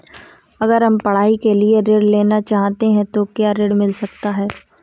अगर हम पढ़ाई के लिए ऋण लेना चाहते हैं तो क्या ऋण मिल सकता है?